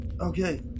Okay